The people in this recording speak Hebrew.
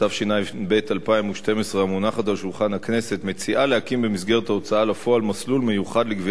התשע"ב 2012, אושרה בקריאה ראשונה ותעבור לוועדת